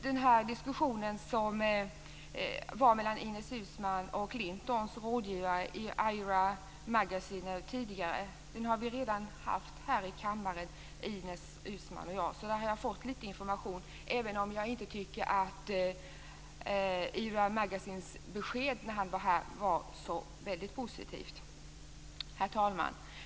Den diskussion som var mellan Ines Uusmann och Clintons rådgivare Ira Magaziner tidigare har vi redan haft uppe här i kammaren, Ines Uusmann och jag. Där har jag alltså fått litet information, även om jag inte tycker att Ira Magaziners besked när han var här var så väldigt positivt. Herr talman!